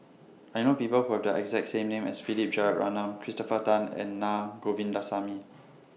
I know People Who Have The exact name as Philip Jeyaretnam Christopher Tan and Naa Govindasamy